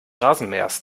rasenmähers